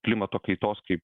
klimato kaitos kaip